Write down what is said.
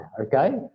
okay